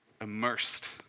Immersed